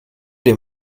dem